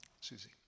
Susie